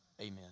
Amen